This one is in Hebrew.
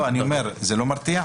כלי אצירה זה לא על חשבון העירייה?